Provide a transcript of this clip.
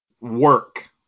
work